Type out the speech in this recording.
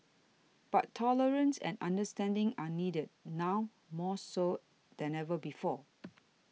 but tolerance and understanding are needed now more so than ever before